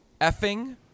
effing